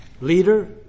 leader